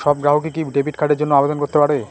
সব গ্রাহকই কি ডেবিট কার্ডের জন্য আবেদন করতে পারে?